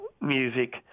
music